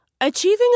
Achieving